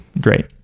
great